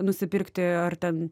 nusipirkti ar ten